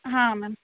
ಹಾಂ ಮ್ಯಾಮ್